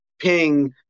ping